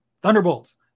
Thunderbolts